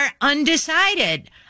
undecided